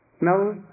Now